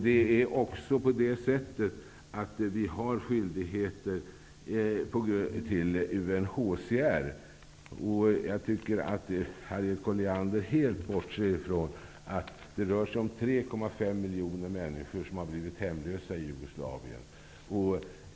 Vi har också skyldigheter gentemot UNHCR. Jag tycker att Harriet Colliander helt bortser från att 3,5 miljoner människor har blivit hemlösa i Jugoslavien.